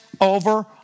over